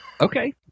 Okay